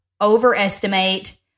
overestimate